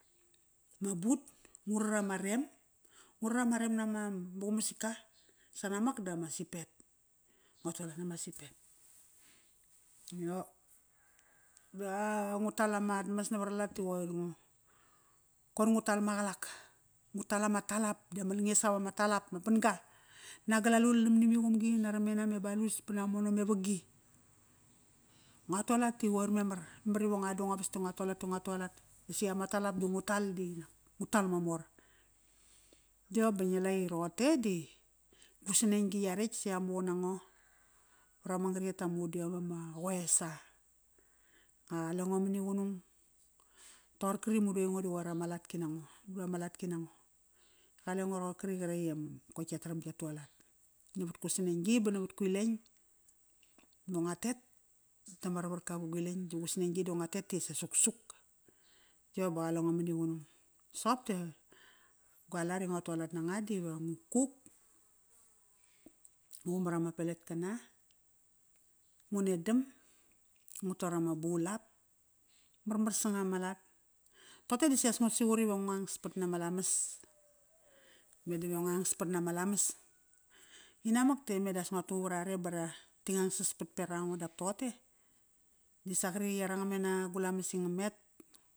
Ma but, rat ama rem, ngu rat ama rem nama qumasatka, sanamak dama sipet. Ngo tualat nama sipet. Yo, va ngu tal amat mas navaralat ti qoir ngu, qoir ngu tal maqalak. Ngu tal ama talap, dama langes ap ama talap, ma ban-ga. Nagal alul, namani miqumgi, naramena me balus ba namono me vagi. Ngua tualat ti qoir memar. Memar iva ngua da nguavas ti ngua tualat, ta ngua tualat. Si ama talap di ngu tal, ngu tal mamor Yo ba ngi la i roqote di gu sneng gi yaretk, sia muqun nango varama ngariyet ta mudiom ama qoe sa. A qalengo maniqunung. Toqorkri mudu aingo di qoir ama latki nango, ba ma latki nango. Kalengo roqorkri qretk i qoir kia taram ya tualat Navat ku sneng-gi ba navat ku ileng, ba ngua tet dama ravarka vagu ileng, di gu sneng-gi di ngua tet ta sa suksuk. Yo ba qale ngo mani qunung Soqop ta gua lat i ngua tualat nanga di va ngu kuk, ngu qumar ama peletkana, ngu nedam, ngu tor ama bulap. Marmar sanga ma lat. Toqote di sias ngut suqut iva nguang spat nama lamas. Medave ngungspat nama lamas. Ingmat ti me as ngu tu vrare ba raringa ngaungspat perango dap toqote disa ari yaranga mena gu lamas i gamet.